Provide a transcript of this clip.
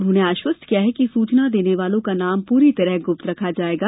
उन्होंने आश्वस्त किया कि सूचना देने वालों का नाम पूरी तरह गुप्त रखा जाएगा